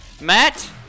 Matt